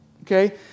okay